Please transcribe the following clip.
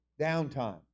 downtime